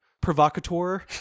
provocateur